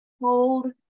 hold